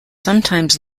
sometimes